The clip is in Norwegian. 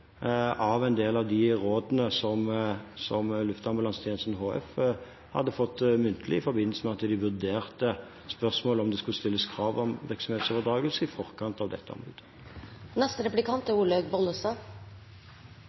av en del av rådene som Luftambulansetjenesten HF hadde fått muntlig, i forbindelse med at de vurderte om det skulle stilles krav om virksomhetsoverdragelse i forkant av dette anbudet.